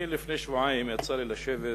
לפני שבועיים יצא לי לשבת